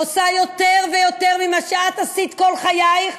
עושה יותר ויותר ממה שאת עשית כל חייך,